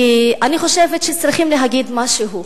כי אני חושבת שצריכים להגיד משהו,